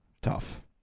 Tough